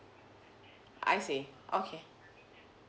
I see okay